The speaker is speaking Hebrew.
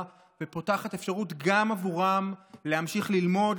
ופותחת אפשרות גם עבורם להמשיך ללמוד,